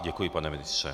Děkuji, pane ministře.